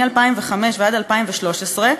מ-2005 ועד 2013,